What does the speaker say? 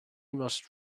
must